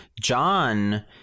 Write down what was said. John